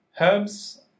Herbs